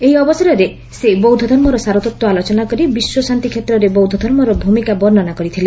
ଏହି ଅବସରରେ ସେ ବୌଦ୍ଧଧର୍ମର ସାରତତ୍ତ ଆଲୋଚନା କରି ବିଶ୍ୱଶାନ୍ତି କ୍ଷେତ୍ରରେ ବୌଦ୍ଧ ଧର୍ମର ଭୂମିକା ବର୍ଷ୍ନା କରିଥିଲେ